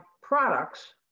products